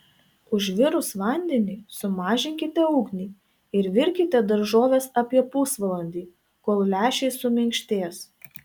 užvirus vandeniui sumažinkite ugnį ir virkite daržoves apie pusvalandį kol lęšiai suminkštės